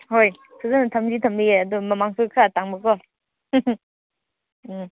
ꯍꯣꯏ ꯐꯖꯅ ꯊꯝꯗꯤ ꯊꯝꯕꯤꯌꯦ ꯑꯗꯣ ꯃꯃꯜꯁꯨ ꯈꯔ ꯇꯥꯡꯕ ꯀꯣ ꯎꯝ